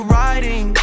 riding